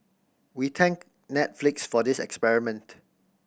we thank Netflix for this experiment